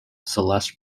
celeste